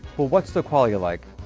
but what's the quality like?